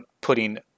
putting